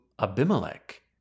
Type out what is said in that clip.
Abimelech